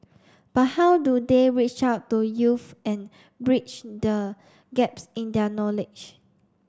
but how do they reach out to youths and bridge the gaps in their knowledge